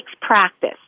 practice